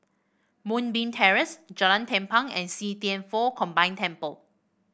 Moonbeam Terrace Jalan Tampang and See Thian Foh Combined Temple